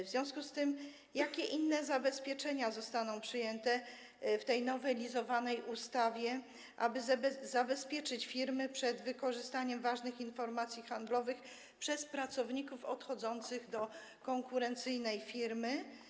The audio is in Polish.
W związku z tym jakie inne zabezpieczenia zostaną przyjęte w tej nowelizowanej ustawie, aby zabezpieczyć firmy przed wykorzystaniem ważnych informacji handlowych przez pracowników odchodzących do konkurencyjnej firmy?